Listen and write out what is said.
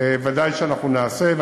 ודאי שאנחנו נעשה,